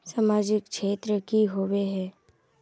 सामाजिक क्षेत्र की होबे है?